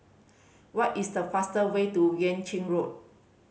what is the fastest way to Yuan Ching Road